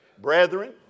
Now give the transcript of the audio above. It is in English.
Brethren